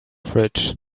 fridge